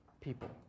people